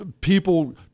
people